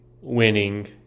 Winning